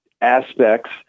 aspects